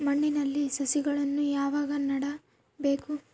ಮಣ್ಣಿನಲ್ಲಿ ಸಸಿಗಳನ್ನು ಯಾವಾಗ ನೆಡಬೇಕು?